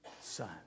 son